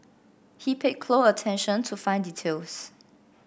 he paid attention to fine details